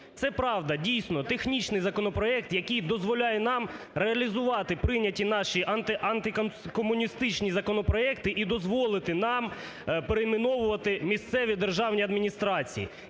Це правда, дійсно, технічний законопроект, який дозволяє нам реалізувати прийняті наші антикомуністичні законопроекти і дозволити нам перейменовувати місцеві державні адміністрації.